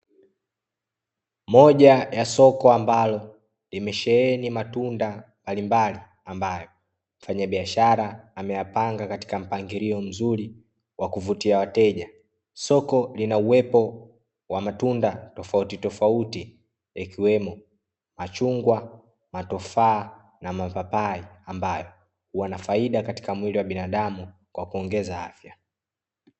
Moja ya soko ambalo limesheeni matunda mbali mbali ambayo mfanyabiashara ameyapanga katika mpangilio mzuri wa kuvutia wateja. Soko lina uwepo wa matunda tofautitofauti ikiwemo machungwa, matofaa na mapapai, ambayo yana faida katika mwili wa binadamu kwa kuongeza afya.